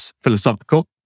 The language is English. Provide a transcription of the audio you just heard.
philosophical